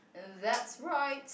that's right